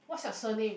what's your surname